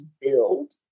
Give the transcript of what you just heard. build